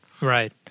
right